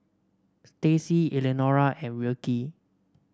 Stacie Elenora and Wilkie